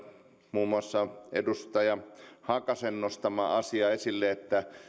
muun muassa edustaja hakasen esille nostama asia että